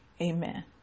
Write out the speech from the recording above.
Amen